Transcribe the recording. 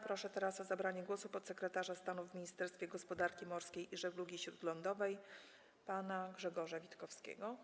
Proszę o zabranie głosu podsekretarza stanu w Ministerstwie Gospodarki Morskiej i Żeglugi Śródlądowej pana Grzegorza Witkowskiego.